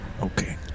Okay